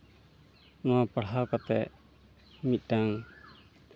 ᱱᱚᱣᱟ ᱯᱟᱲᱦᱟᱣ ᱠᱟᱛᱮᱫ ᱢᱤᱫᱴᱟᱝ